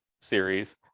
series